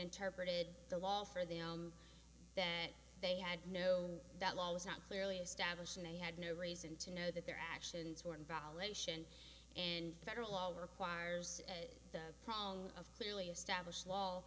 interpreted the law for them that they had no that law was not clearly established and they had no reason to know that their actions were invalidation and federal law requires a home of clearly established law